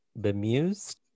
bemused